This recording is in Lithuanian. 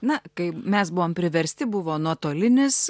na kai mes buvom priversti buvo nuotolinis